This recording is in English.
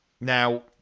Now